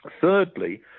Thirdly